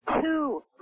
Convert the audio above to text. two